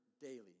daily